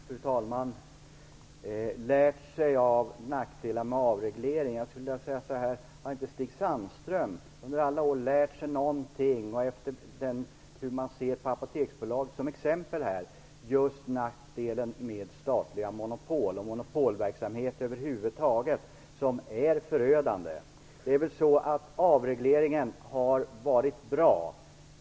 Fru talman! Stig Sandström sade att vi inte har lärt oss av nackdelarna med avreglering. Då vill jag fråga: Har inte Stig Sandström under alla år lärt sig någonting om nackdelarna med statliga monopol - Apoteksbolaget är ett exempel - och monopolverksamhet över huvud taget, som är förödande? Avregleringen har varit bra.